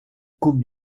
coupe